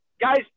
guys